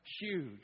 Huge